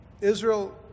Israel